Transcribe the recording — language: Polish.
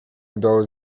udało